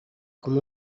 com